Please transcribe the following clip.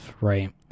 right